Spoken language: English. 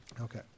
Okay